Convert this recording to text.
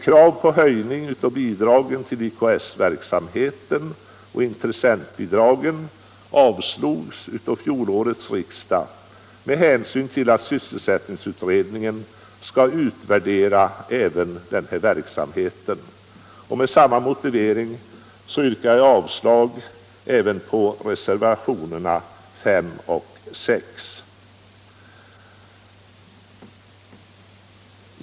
Krav på höjning av intressentbidraget vid IKS-verksamhet avslogs av fjolårets riksdag med hänvisning till att sysselsättningsutredningen skall utvärdera även den verksamheten. Jag yrkar därför även avslag på reservationerna 5 och 6.